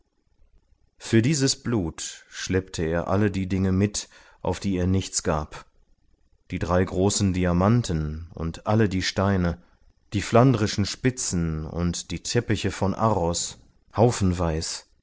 für dieses blut schleppte er alle die dinge mit auf die er nichts gab die drei großen diamanten und alle die steine die flandrischen spitzen und die teppiche von arros haufenweis